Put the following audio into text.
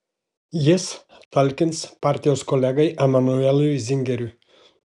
jis talkins partijos kolegai emanueliui zingeriui